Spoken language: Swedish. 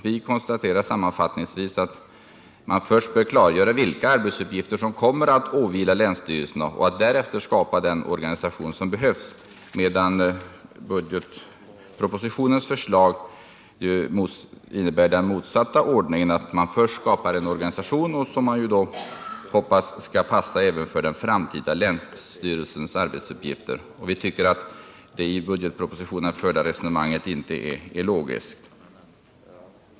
Vi konstaterar sammanfattningsvis att man först bör klargöra vilka arbetsuppgifter som kommer att åvila länsstyrelserna och därefter skapa den organisation som behövs, medan budgetpropositionens förslag innebär den motsatta ordningen, nämligen att man börjar med att skapa en organisation och att man sedan förhoppningsvis får denna organisation att passa även för den framtida länsstyrelsens arbetsuppgifter. Vi tycker att det i budgetpropositionen förda resonemanget inte är logiskt.